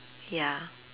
ya